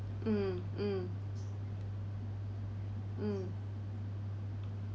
mm mm mm